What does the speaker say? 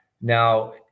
now